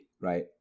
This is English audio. right